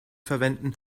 verwenden